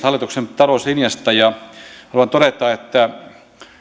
hallituksen talouslinjasta ja haluan todeta että